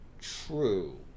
True